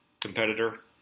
competitor